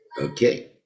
Okay